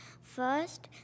First